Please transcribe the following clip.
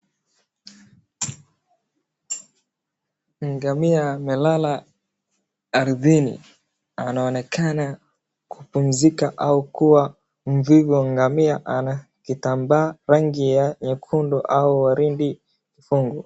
Ngamia amelala ardhini. Anaonekana kupumzika au kuwa mvivu. Ngamia ana kitambaa rangi ya nyekundu au waridi fungu.